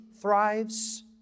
thrives